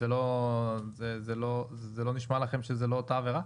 זה לא נשמע לכם שזו לא אותה עבירה?